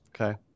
Okay